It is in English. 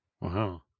Wow